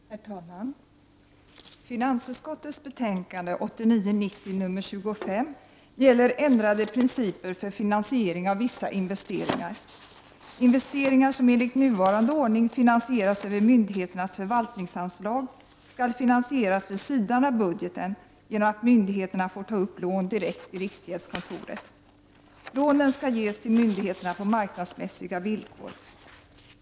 Herr talman! Finansutskottets betänkande 1989/90:25 behandlar ändrade principer för finansiering av vissa investeringar. Investeringar som enligt nuvarande ordning finansieras över myndigheternas förvaltningsanslag skall finansieras vid sidan av budgeten genom att myndigheterna får ta upp lån direkt i riksgäldskontoret. Lånen skall ges till myndigheterna på marknadsmässiga villkor.